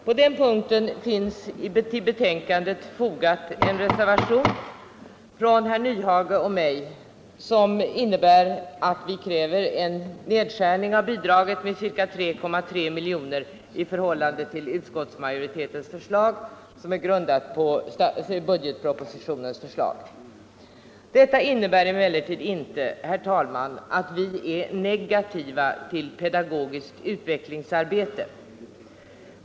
På den punkten finns till betänkandet fogad en reservation av herr Nyhage och mig, där vi kräver en nedskärning av bidraget med ca 3,3 milj.kr. i förhållande till utskottsmajoritetens förslag, som är grundat på budgetpropositionen. Detta innebär emellertid inte att vi är negativa till pedagogiskt utvecklingsarbete.